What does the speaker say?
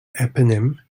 eponym